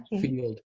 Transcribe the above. Field